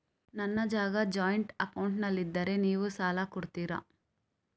ನನ್ನ ಜಾಗ ಜಾಯಿಂಟ್ ಅಕೌಂಟ್ನಲ್ಲಿದ್ದರೆ ನೀವು ಸಾಲ ಕೊಡ್ತೀರಾ?